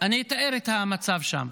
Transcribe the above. אני אתאר מה היה שם.